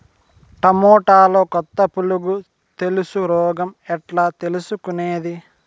టమోటాలో కొత్త పులుగు తెలుసు రోగం ఎట్లా తెలుసుకునేది?